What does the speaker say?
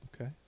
Okay